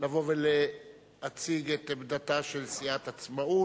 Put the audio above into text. לבוא ולהציג את עמדתה של סיעת עצמאות.